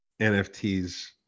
NFTs